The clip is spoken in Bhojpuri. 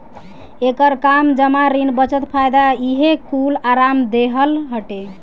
एकर काम जमा, ऋण, बचत, फायदा इहे कूल आराम देहल हटे